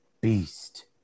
beast